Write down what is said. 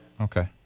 Okay